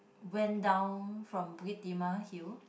went down from Bukit-Timah Hill